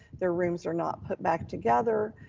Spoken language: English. their rooms are not put back together,